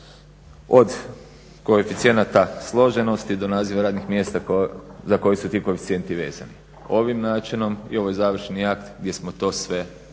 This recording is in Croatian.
od koeficijenata složenosti do naziva radnih mjesta za koje su ti koeficijenti vezani. Ovim načinom i ovo je završni akt gdje smo to sve usuglasili.